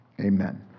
amen